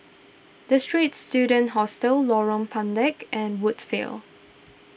the Straits Students Hostel Lorong Pendek and Woodsville